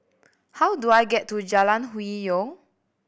how do I get to Jalan Hwi Yoh